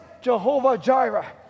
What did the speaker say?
Jehovah-Jireh